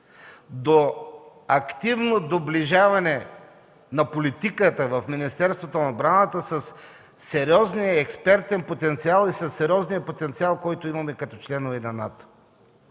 до активно доближаване на политиката в Министерството на отбраната със сериозния експертен потенциал и със сериозния потенциал, който имаме като членове на НАТО.